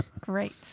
Great